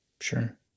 Sure